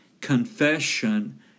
confession